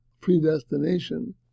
predestination